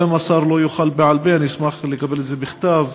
אם השר לא יוכל בעל-פה, אני אשמח לקבל את זה בכתב: